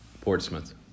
Portsmouth